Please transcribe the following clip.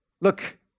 look